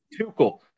Tuchel